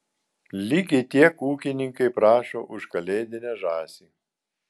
lygiai tiek ūkininkai prašo už kalėdinę žąsį